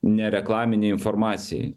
nereklaminei informacijai